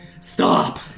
Stop